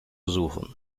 suchen